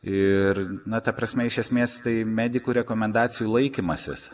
ir na ta prasme iš esmės tai medikų rekomendacijų laikymasis